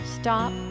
Stop